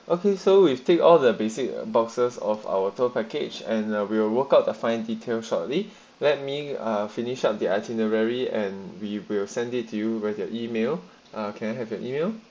okay so we'll take all their basic boxes of our tour package and we will work out a fine details shortly let me finish on the itinerary and we will send it to you where their email uh can have your email